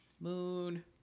Moon